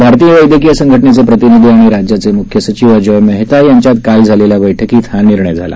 भारतीय वद्यक्रीय संघटनेचे प्रतिनिधी आणि राज्याचे मुख्य सचिव अजोय मेहता यांच्यात काल झालेल्या बस्कीत हा निर्णय झाला